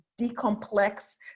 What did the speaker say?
decomplex